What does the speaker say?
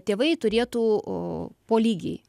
tėvai turėtų a po lygiai